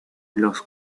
los